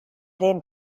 them